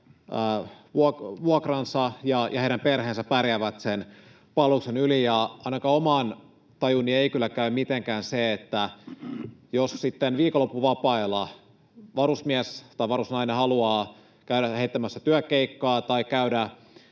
vuokransa ja heidän perheensä pärjäävät sen palveluksen yli. Ainakaan omaan tajuuni ei kyllä käy mitenkään se, että jos sitten viikonloppuvapailla varusmies tai varusnainen haluaa käydä heittämässä työkeikkaa tai käydä